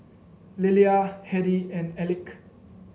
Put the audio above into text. Lillia Hedy and Elick